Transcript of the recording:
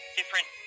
different